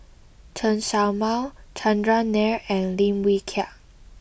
Chen Show Mao Chandran Nair and Lim Wee Kiak